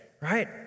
right